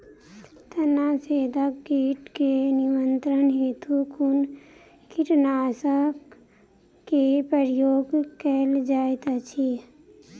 तना छेदक कीट केँ नियंत्रण हेतु कुन कीटनासक केँ प्रयोग कैल जाइत अछि?